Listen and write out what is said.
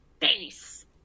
face